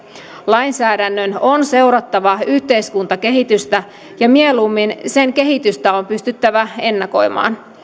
lainsäädännön on seurattava yhteiskuntakehitystä ja mieluummin sen kehitystä on pystyttävä ennakoimaan